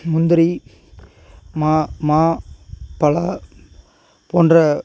முந்திரி மா மா பலா போன்ற